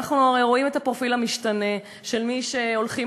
שאנחנו הרי רואים את הפרופיל המשתנה של מי שהולכים